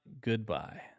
goodbye